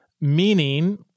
meaning